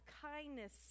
kindness